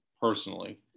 Personally